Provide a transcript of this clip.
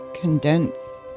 condense